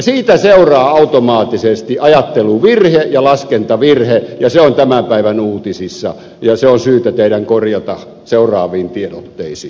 siitä seuraa automaattisesti ajatteluvirhe ja laskentavirhe ja se on tämän päivän uutisissa ja se on syytä teidän korjata seuraaviin tiedotteisiinne